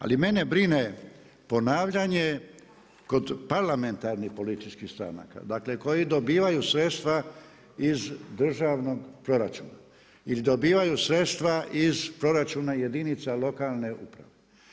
Ali mene brine ponavljanje kod parlamentarnih političkih stranaka, dakle koji dobivaju sredstva iz državnog proračuna ili dobivaju sredstva iz proračuna jedinica lokalne uprave.